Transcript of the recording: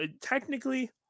technically